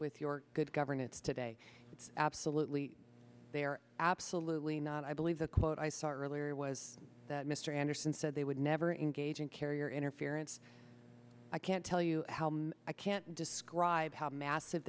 with your good governance today it's absolutely there absolutely not i believe the quote i saw earlier was that mr anderson said they would never engage in carrier interference i can't tell you i can't describe how massive